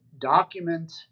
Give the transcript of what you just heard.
document